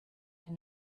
had